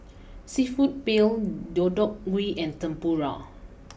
Seafood Paella Deodeok Gui and Tempura